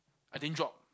I didn't drop